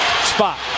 spot